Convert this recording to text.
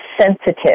sensitive